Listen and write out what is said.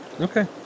Okay